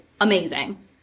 amazing